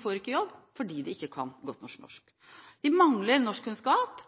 får ikke jobb fordi de ikke kan norsk godt nok. De mangler